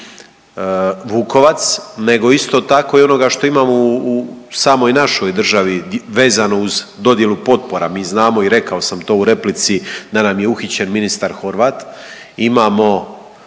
Vukovac nego isto tako i onoga što imamo u samoj našoj državi vezano uz dodjelu potpora. Mi znamo i rekao sam to u replici da nam je uhićen ministar Horvat,